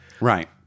Right